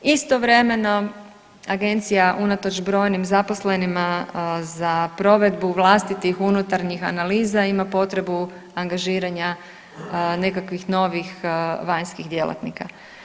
Istovremeno agencija unatoč brojnim zaposlenima za provedbu vlastitih unutarnjih analiza ima potrebu angažiranja nekakvih novih vanjskih djelatnika.